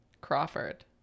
Crawford